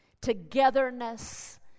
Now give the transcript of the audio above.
togetherness